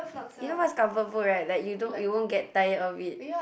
you know what's comfort food right like you don't you won't get tired of it